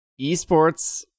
Esports